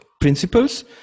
principles